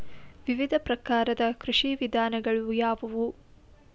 ವಿವಿಧ ಪ್ರಕಾರದ ಕೃಷಿ ವಿಧಾನಗಳು ಯಾವುವು?